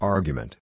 Argument